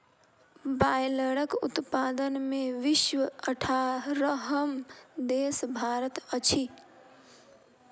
बायलरक उत्पादन मे विश्वक अठारहम देश भारत अछि